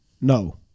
No